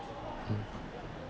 mm